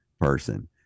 person